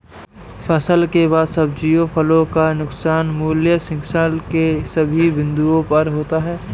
फसल के बाद सब्जियों फलों का नुकसान मूल्य श्रृंखला के सभी बिंदुओं पर होता है